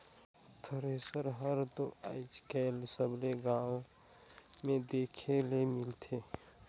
thresher हर दो आएज काएल सबेच गाँव मे देखे ले मिलथे